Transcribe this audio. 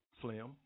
Slim